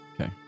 Okay